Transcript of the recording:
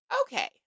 okay